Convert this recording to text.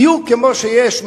בדיוק כמו שיש,